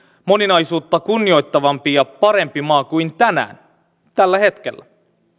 moninaisuutta kunnioittavampi ja parempi maa kuin tänään tällä hetkellä